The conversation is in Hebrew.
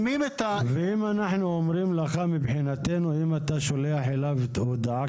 ואם אנחנו אומרים לך שמבחינתנו אם אתה שולח אליו את ההודעה,